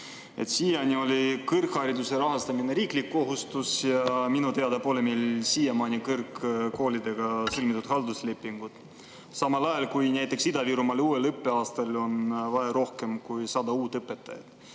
Siiani oli kõrghariduse rahastamine riigi kohustus, aga minu teada pole meil siiamaani kõrgkoolidega sõlmitud halduslepinguid. Samal ajal kui näiteks Ida-Virumaal on uuel õppeaastal vaja rohkem kui 100 uut õpetajat.